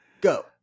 Go